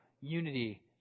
unity